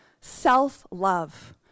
self-love